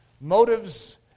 motives